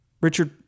Richard